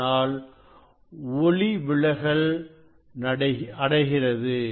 அதனால் அது ஒளிவிலகல் அடைகிறது